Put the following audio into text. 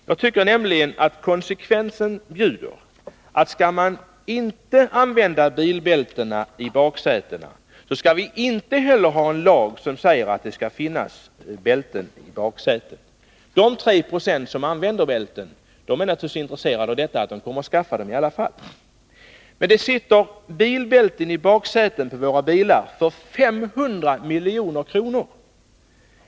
Jag tycker nämligen att konsekvensen bjuder att skall man inte använda bilbältena i baksätena, så skall vi inte heller ha en lag som säger att det skall finnas bilbälten där. De 3 20 som använder bältena i baksätet är naturligtvis så intresserade av detta att de kommer att skaffa dem i alla fall. Det sitter bilbälten i baksätena på våra bilar för 500 milj.kr.